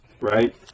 right